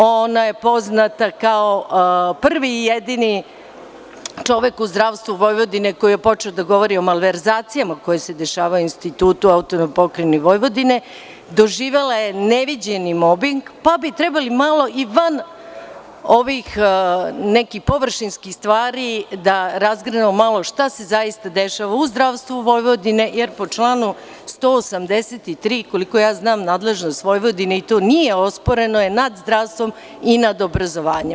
Ona je poznata kao prvi i jedini čovek u zdravstvu Vojvodine koji je počeo da govori o malverzacijama koje se dešavaju na Institutu AP Vojvodine, doživela je neviđeni mobing, pa bi trebali malo i van nekih površinskih stvari da razgrnemo malo, šta se zaista dešava u zdravstvu Vojvodine, jer po članu 183, koliko ja znam, nadležnost Vojvodine, to nije osporeno, je nad zdravstvom i nad obrazovanjem.